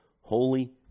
Holy